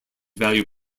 value